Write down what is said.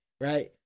Right